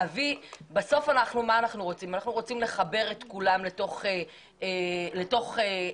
בסוף אנחנו רוצים לחבר את כולם לתוך התחבורה